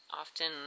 often